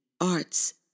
arts